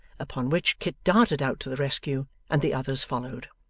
upon which kit darted out to the rescue, and the others followed.